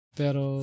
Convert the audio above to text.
pero